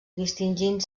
distingint